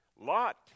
Lot